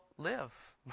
live